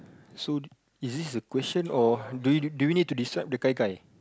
so is this a question or do you do you need to decide the Gai-Gai